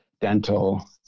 dental